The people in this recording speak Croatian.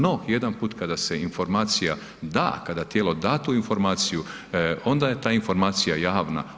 No, jedanput kada se informacija da, kada tijelo da tu informaciju, onda je ta informacija javna.